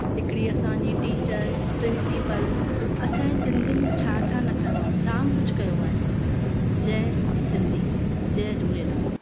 हिकिड़ी असांजी teacher principal असांजे सिंधियुनि छा छा न कयो आहे जाम कुझु कयो आहे जय सिन्धी जय झूलेलाल